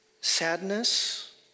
sadness